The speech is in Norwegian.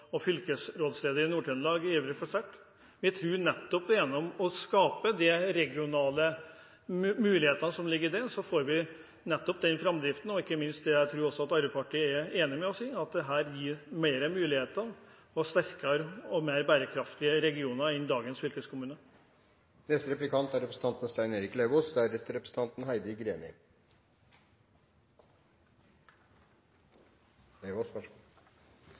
fylkesrådsleder i Nord-Trøndelag ivrer etter å få sett. Jeg tror at vi gjennom å skape de regionale mulighetene som ligger i det, får den framdriften. Jeg tror at også Arbeiderpartiet er enig med oss i at dette gir flere muligheter og sterkere og mer bærekraftige regioner enn dagens